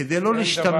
כדי לא להשתמש,